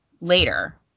later